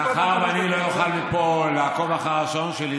מאחר שאני לא אוכל לעקוב מפה אחר השעון שלי,